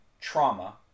trauma